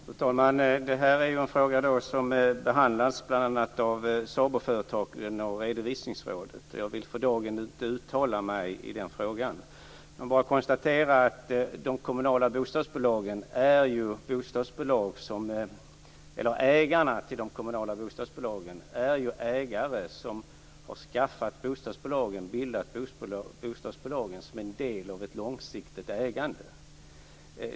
Fru talman! Det här är en fråga som bl.a. behandlas av SABO-företagen och Redovisningsrådet. Jag vill för dagen inte uttala mig i den frågan. Jag vill bara konstatera att ägarna till de kommunala bostadsbolagen är ägare som har bildat bolagen som en del av ett långsiktigt ägande.